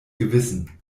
gewissen